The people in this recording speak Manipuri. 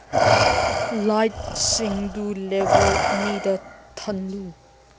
ꯂꯥꯏꯠꯁꯤꯡꯗꯨ ꯂꯦꯕꯦꯜ ꯑꯅꯤꯗ ꯊꯟꯅꯨ